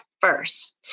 first